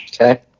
Okay